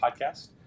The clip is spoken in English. podcast